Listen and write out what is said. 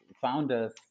founders